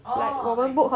orh like